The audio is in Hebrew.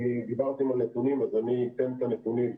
דיברתם על נתונים אז אני אתן את הנתונים.